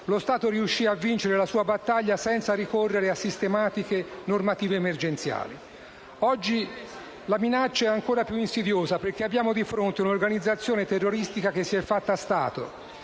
lo Stato riuscì a vincere la sua battaglia senza ricorrere a sistematiche normative emergenziali. Oggi la minaccia è ancora più insidiosa perché abbiamo di fronte un'organizzazione terroristica che si è fatta Stato